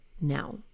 now